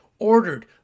ordered